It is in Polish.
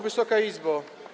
Wysoka Izbo!